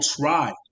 try